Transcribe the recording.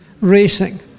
racing